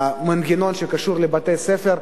מהמנגנון שקשור לבתי-ספר.